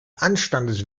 anstandes